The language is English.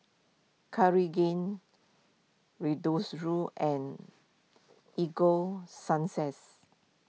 Cartigain Redoxon and Ego Sunsense